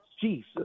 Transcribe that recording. Jesus